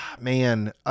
man